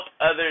others